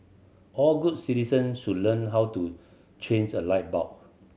all good citizen should learn how to change a light bulb